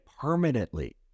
permanently